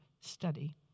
Study